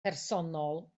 personol